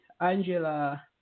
Angela